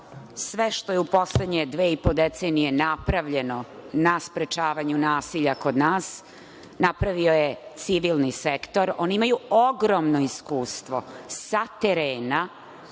što je u poslednje dve i po decenije napravljeno na sprečavanju nasilja kod nas, napravio je civilni sektor. Oni imaju ogromno iskustvo sa terena.